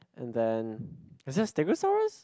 and then is that Stegosaurus